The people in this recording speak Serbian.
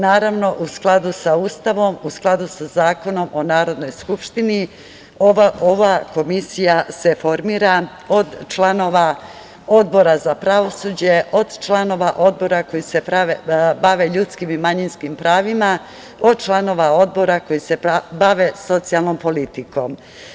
Naravno, u skladu sa Ustavom, u skladu sa Zakonom o Narodnoj skupštini ova Komisija se formira od članova Odbora za pravosuđe, od članova Odbora koji se bave ljudskim i manjinskim pravima, od članova Odbora koji se bave socijalnom politikom.